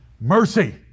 Mercy